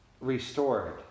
restored